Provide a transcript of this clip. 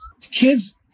Kids